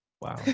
wow